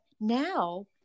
now